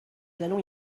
allons